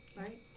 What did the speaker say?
Right